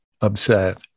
upset